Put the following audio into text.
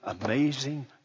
amazing